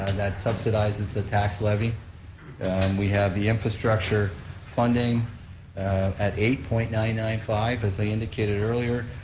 and that subsidizes the tax levy, and we have the infrastructure funding at eight point nine nine five, as i indicated earlier,